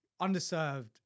underserved